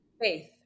faith